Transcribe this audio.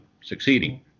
succeeding